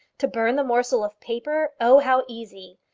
to burn the morsel of paper oh, how easy!